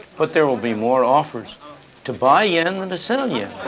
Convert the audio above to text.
but there will be more offers to buy yen than to sell yen.